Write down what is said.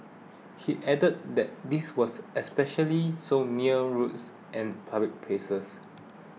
he added that this was especially so near roads and public places